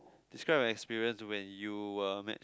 describe an experience when you were match